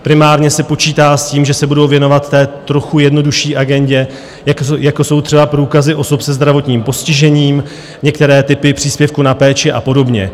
Primárně se počítá s tím, že se budou věnovat té trochu jednodušší agendě, jako jsou třeba průkazy osob se zdravotním postižením, některé typy příspěvku na péči a podobně.